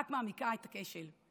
רק מעמיקה את הכשל.